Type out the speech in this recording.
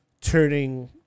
turning